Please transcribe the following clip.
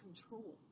control